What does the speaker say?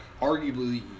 arguably